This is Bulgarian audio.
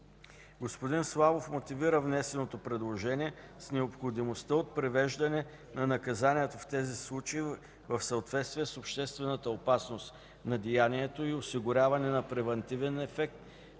Господин Славов мотивира внесеното предложение с необходимостта от привеждане на наказанието в тези случаи в съответствие с обществената опасност на деянието и осигуряване на превантивен ефект,